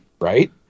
Right